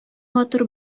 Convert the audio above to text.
матур